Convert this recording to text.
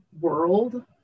world